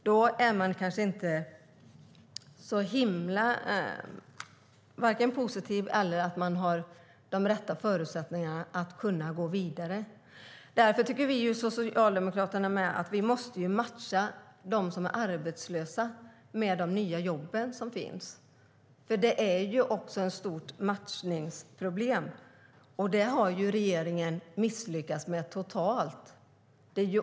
Då är man kanske inte särskilt positiv eller har de rätta förutsättningarna för att kunna gå vidare. Därför tycker också vi socialdemokrater att vi måste matcha de arbetslösa med de nya jobben som finns. Det är nämligen också ett stort matchningsproblem. Det har regeringen misslyckats totalt med.